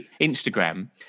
instagram